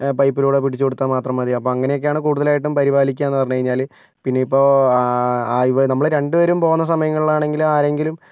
പൈപ്പിലൂടെ പിടിച്ചു കൊടുത്താൽ മാത്രം മതി അപ്പോൾ അങ്ങനെയൊക്കെയാണ് കൂടുതലായിട്ടും പരിപാലിക്കാന്നു പറഞ്ഞു കഴിഞ്ഞാല് പിന്നെ ഇപ്പോൾ നമ്മള് രണ്ടുപേരും പോകുന്ന സമയങ്ങളിലാണെങ്കിൽ ആരെങ്കിലും